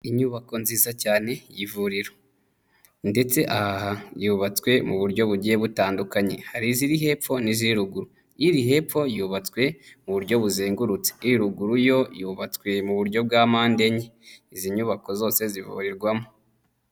Inyubako nziza cyane y' ivuriro, ndetse aha yubatswe mu buryo bugiye butandukanye. Hari iziri hepfo n'iz'i ruguru, iri hepfo yubatswe mu buryo buzengurutse. Iri ruguru yo yubatswe mu buryo bwa mpande enye. Izi nyubako zose zivurirwamo.